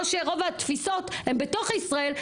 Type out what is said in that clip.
או שרוב התפיסות הם בתוך ישראל,